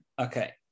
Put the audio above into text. Okay